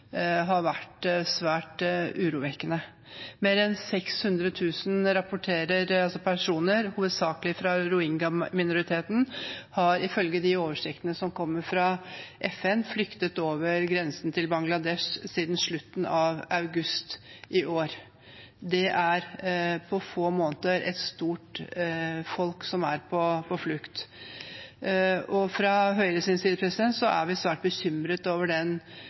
har vært svært urovekkende. Mer enn 600 000 personer, hovedsakelig fra rohingya-minoriteten, har flyktet over grensen til Bangladesh siden slutten av august i år, ifølge de oversiktene som kommer fra FN. På få måneder er et stort folk på flukt. Fra Høyres side er vi svært bekymret over